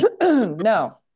No